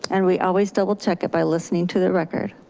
and we always double check it by listening to the record.